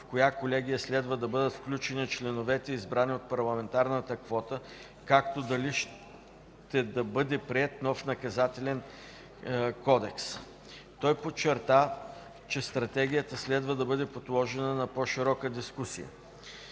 в коя колегия следва да бъдат включени членовете, избрани от парламентарната квота, както дали ще да бъде приет нов Наказателен кодекс. Той подчерта, че Стратегията следва да бъде подложена на по-широка дискусия.